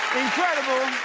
incredible.